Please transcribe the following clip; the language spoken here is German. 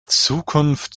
zukunft